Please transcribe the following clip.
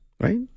right